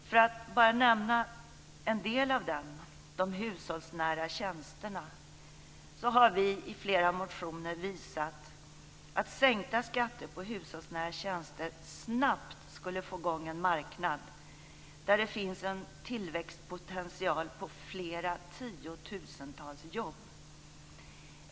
För att bara nämna en del av den, har vi i flera motioner visat att sänkt skatt på hushållsnära tjänster snabbt skulle få i gång en marknad där det finns en tillväxtpotential på tiotusentals jobb.